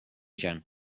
gin